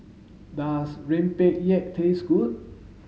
does Rempeyek taste good